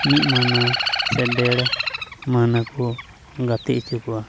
ᱢᱤᱫ ᱢᱟᱹᱦᱱᱟᱹ ᱥᱮ ᱰᱮᱹᱲ ᱢᱟᱹᱦᱱᱟᱹ ᱠᱚ ᱜᱟᱛᱮᱜ ᱦᱚᱪᱚ ᱠᱚᱣᱟ